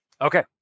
okay